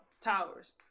towers